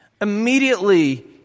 immediately